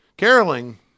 Caroling